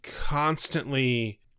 constantly